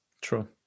True